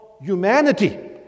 humanity